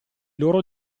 loro